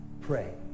pray